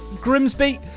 Grimsby